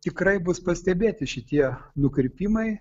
tikrai bus pastebėti šitie nukrypimai